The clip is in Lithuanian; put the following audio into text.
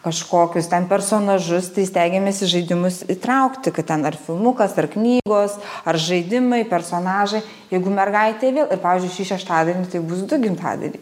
kažkokius ten personažus tai stengiamės į žaidimus įtraukti kad ten ar filmukas ar knygos ar žaidimai personažai jeigu mergaitė vėl ir pavyzdžiui šį šeštadienį tai bus du gimtadieniai